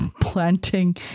planting